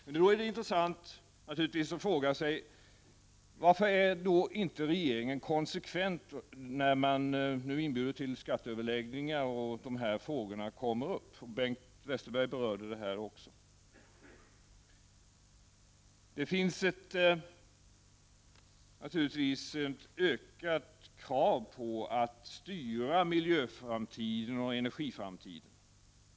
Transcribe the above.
Men då är det naturligtvis intressant att fråga sig: Varför är inte regeringen konsekvent när den inbjuder till skatteöverläggningar och de här frågorna kommer upp? Bengt Westerberg berörde det också. Det finns naturligtvis ett ökat krav på att styra miljöframtiden och energiframtiden.